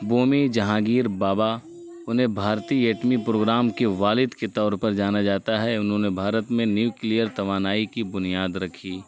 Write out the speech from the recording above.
بومی جہانگیر بابا انہیں بھارتی ایٹمی پروگرام کے والد کے طور پر جانا جاتا ہے انہوں نے بھارت میں نیوکلیئر توانائی کی بنیاد رکھی